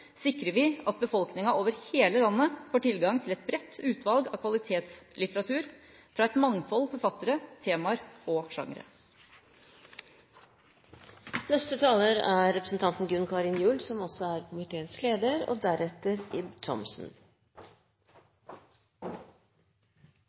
sikrer vi at befolkningen over hele landet får tilgang til et bredt utvalg av kvalitetslitteratur fra et mangfold forfattere, temaer og sjangre. De rød-grønnes kulturløft hadde som ambisjon å gjøre Norge til en stor europeisk kulturnasjon. Dette var sterkt inspirert bl.a. av den franske kulturpolitikken, og